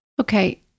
Okay